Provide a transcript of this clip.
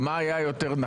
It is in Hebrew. לא.